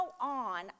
on